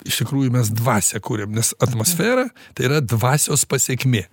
iš tikrųjų mes dvasią kuriam nes atmosfera tai yra dvasios pasekmė